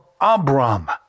Abram